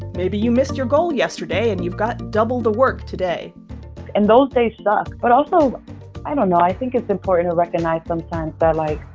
maybe you missed your goal yesterday, and you've the double the work today and those days suck. but also i don't know. i think it's important to recognize sometimes that, like,